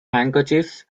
handkerchiefs